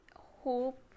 hope